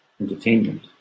entertainment